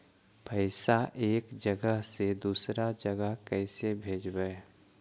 पैसा एक जगह से दुसरे जगह कैसे भेजवय?